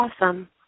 awesome